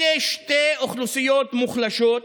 אלה שתי אוכלוסיות מוחלשות,